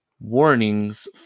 warnings